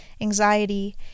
anxiety